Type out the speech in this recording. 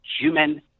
human